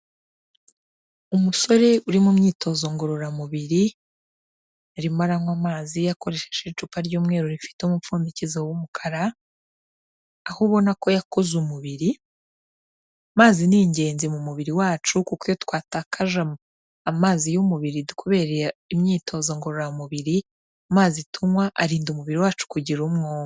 Umusore uri mu myitozo ngororamubiri, arimo aranywa amazi akoresheje icupa ry'umweru rifite umupfundikizo w'umukara, aho ubona ko yakoze umubiri, amazi ni ingenzi mu mubiri wacu, kuko iyo twatakaje amazi y'umubiri kubera imyitozo ngororamubiri, amazi tunywa arinda umubiri wacu kugira umwuma.